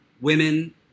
women